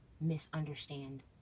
misunderstand